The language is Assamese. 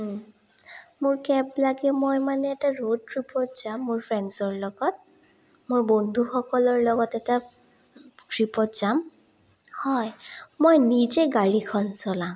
মোৰ কেব লাগে মই মানে এটা ৰ'ড ট্ৰিপত যাম মোৰ ফ্ৰেণ্ডছৰ লগত মোৰ বন্ধুসকলৰ লগত এটা ট্ৰিপত যাম হয় মই নিজে গাড়ীখন চলাম